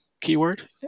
keyword